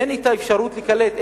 אין אפשרות להיקלט,